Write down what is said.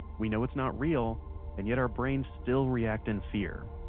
we know it's not real, and yet our brains still react in fear.